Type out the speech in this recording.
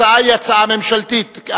התשע"א 2010,